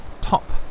top